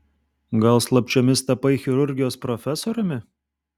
gal slapčiomis tapai chirurgijos profesoriumi